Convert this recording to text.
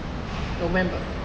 november